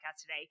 today